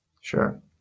Sure